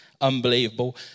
unbelievable